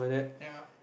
ya